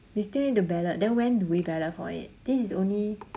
we still need to ballot then when do we ballot for it this is only